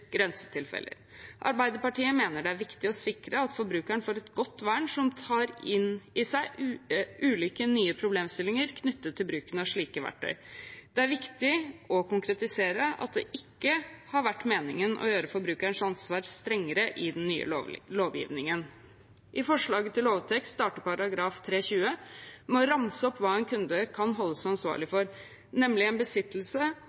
Arbeiderpartiet mener det er viktig å sikre at forbrukeren får et godt vern som tar inn i seg ulike nye problemstillinger knyttet til bruken av slike verktøy. Det er viktig å konkretisere at det ikke har vært meningen å gjøre forbrukerens ansvar strengere i den nye lovgivningen. I forslaget til lovtekst starter § 3-20 med å ramse opp hva en kunde kan holdes ansvarlig